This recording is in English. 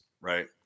right